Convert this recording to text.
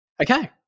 Okay